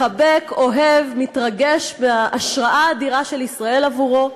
מחבק, אוהב, מתרגש מההשראה האדירה של ישראל עבורו,